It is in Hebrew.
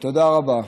תודה רבה.